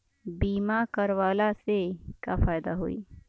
बीमा करवला से का फायदा होयी?